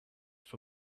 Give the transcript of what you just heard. for